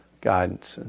guidance